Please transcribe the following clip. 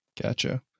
Gotcha